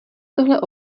tohle